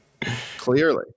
clearly